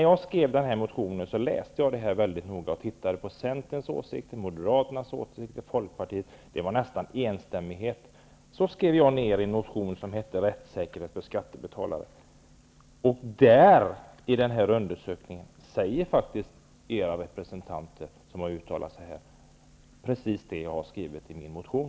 Jag läste den här undersökningen noga och noterade Centerns, Moderaternas och Folkpartiets åsikt. Det rådde nästan enstämmighet. Så skrev jag alltså en motion om rättssäkerhet för skattebetalare. I den nämnda undersökningen säger faktiskt era representanter precis det jag har skrivit i min motion.